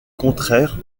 contraire